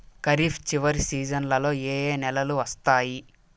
ఖరీఫ్ చివరి సీజన్లలో ఏ ఏ నెలలు వస్తాయి